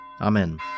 Amen